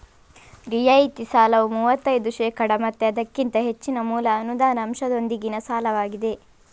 ರಿಯಾಯಿತಿ ಸಾಲವು ಮೂವತ್ತೈದು ಶೇಕಡಾ ಮತ್ತೆ ಅದಕ್ಕಿಂತ ಹೆಚ್ಚಿನ ಮೂಲ ಅನುದಾನ ಅಂಶದೊಂದಿಗಿನ ಸಾಲವಾಗಿದೆ